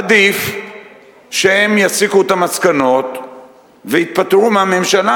עדיף שהם יסיקו את המסקנות ויתפטרו מהממשלה